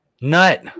Nut